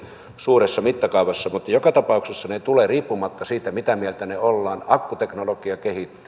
suuressa mittakaavassa mutta joka tapauksessa ne tulevat riippumatta siitä mitä mieltä me olemme akkuteknologia kehittyy